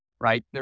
right